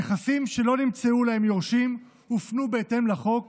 נכסים שלא נמצאו להם יורשים הופנו בהתאם לחוק